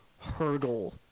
hurdle